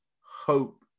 hope